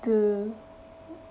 do